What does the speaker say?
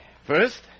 First